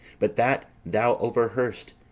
but that thou overheard'st,